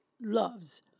loves